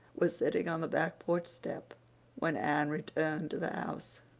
was sitting on the back porch step when anne returned to the house.